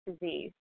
disease